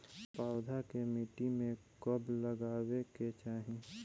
पौधा के मिट्टी में कब लगावे के चाहि?